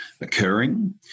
occurring